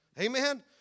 Amen